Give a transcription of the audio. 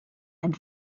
and